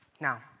Now